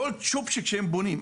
כל צ'ופצ'יק שהם בונים,